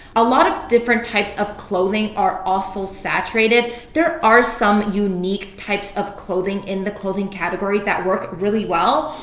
a lot of different types of clothing are also saturated. there are some unique types of clothing in the clothing category that work really well.